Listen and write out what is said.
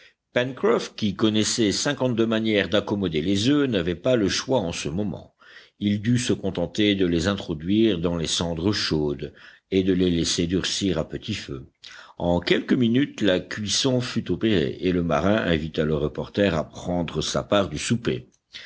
qui connaissait cinquante-deux manières d'accommoder les oeufs n'avait pas le choix en ce moment il dut se contenter de les introduire dans les cendres chaudes et de les laisser durcir à petit feu en quelques minutes la cuisson fut opérée et le marin invita le reporter à prendre sa part du souper